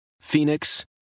Phoenix